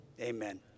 Amen